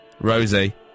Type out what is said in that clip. Rosie